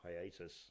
hiatus